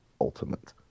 ultimate